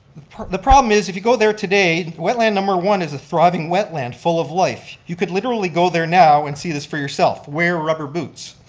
the problem is if you go there today, wetland number one is a thriving wetland full of life. you could literally go there now and see this for yourself. wear rubber boots.